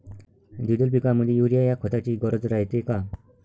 द्विदल पिकामंदी युरीया या खताची गरज रायते का?